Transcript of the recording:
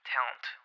Talent